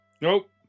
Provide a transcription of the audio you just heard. Nope